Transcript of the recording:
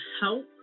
help